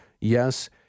yes